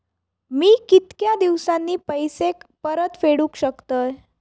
मी कीतक्या दिवसांनी पैसे परत फेडुक शकतय?